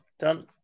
Done